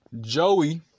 Joey